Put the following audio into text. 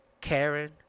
Karen